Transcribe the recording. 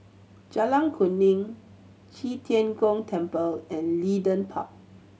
Jalan Kuning Qi Tian Gong Temple and Leedon Park